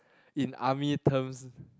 in army terms